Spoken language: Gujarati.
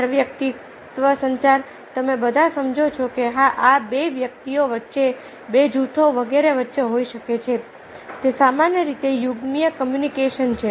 આંતરવૈયક્તિક સંચાર તમે બધા સમજો છો કે હા આ બે વ્યક્તિઓ વચ્ચે બે જૂથો વગેરે વચ્ચે હોઈ શકે છે તે સામાન્ય રીતે યુગ્મીય કોમ્યુનિકેશન છે